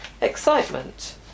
excitement